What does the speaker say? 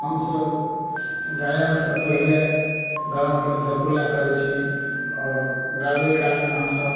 हमसब गायन सऽ पहिले गरम पाइन सऽ कुल्ला करै छी और गाबै कालमे हमसब